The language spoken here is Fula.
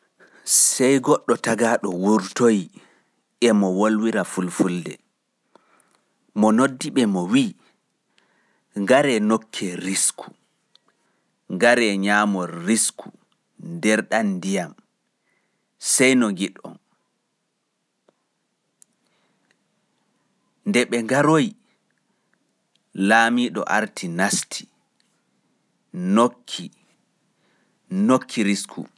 Sai goɗɗo tagaɗo wurtoyi emo wolwira e fulfulde mo wi ngare nokkon risku nder ɗan ndiyam sai no ngiɗ-on. Laamiɗo arti nasti nokki.